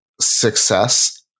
success